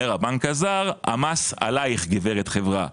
אומר הבנק הזר: המס עליך, גברת חברה.